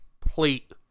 plate